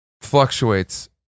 fluctuates